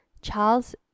Charles